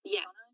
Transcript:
Yes